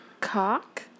cock